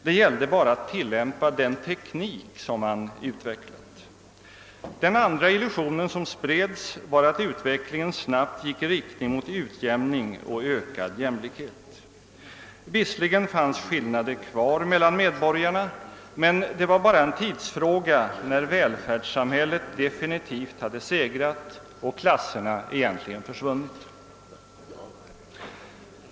Det gällde bara att tillämpa den teknik som man utvecklat. Den andra illusion som spreds var att utvecklingen snabbt gick i riktning mot utjämning och ökad jämlikhet. Visserligen fanns skillnader kvar mellan medborgarna, men det var bara en tidsfråga när välfärdssamhället definitivt hade segrat och klasserna försvunnit.